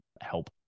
help